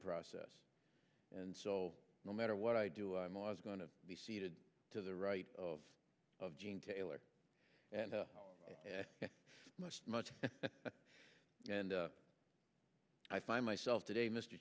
process and so no matter what i do i'm always going to be seated to the right of of gene taylor and much much and i find myself today mr